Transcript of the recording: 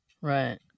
Right